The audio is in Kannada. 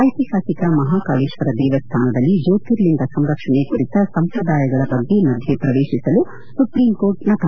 ಐತಿಹಾಸಿಕ ಮಹಾಕಾಳೇಶ್ವರ ದೇವಸ್ಥಾನದಲ್ಲಿ ಜ್ಞೋರ್ತಿಲಿಂಗ ಸಂರಕ್ಷಣೆ ಕುರಿತ ಸಂಪ್ರದಾಯಗಳ ಬಗ್ಗೆ ಮಧ್ಯೆ ಪ್ರವೇಶಿಸಲು ಸುಪ್ರೀಂ ಕೋರ್ಟ್ ನಕಾರ